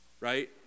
right